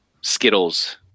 skittles